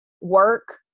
Work